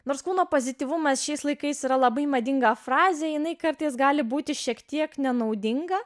nors kūno pozityvumas šiais laikais yra labai madinga frazė jinai kartais gali būti šiek tiek nenaudinga